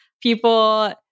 People